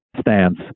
stance